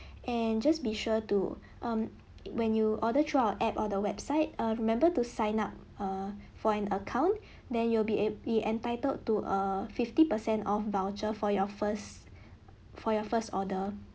and just be sure to um when you order through our app or the website err remember to sign up err for an account then you will be able you entitled to a fifty per cent of voucher for your first for your first order